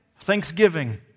Thanksgiving